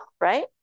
right